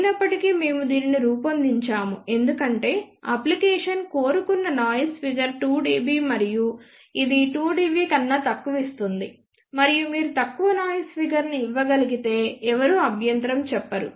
అయినప్పటికీ మేము దీనిని రూపొందించాము ఎందుకంటే అప్లికేషన్ కోరుకున్న నాయిస్ ఫిగర్ 2 dB మరియు ఇది 2 dB కన్నా తక్కువ ఇస్తుంది మరియు మీరు తక్కువ నాయిస్ ఫిగర్ ను ఇవ్వగలిగితే ఎవరూ అభ్యంతరం చెప్పరు